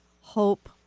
hope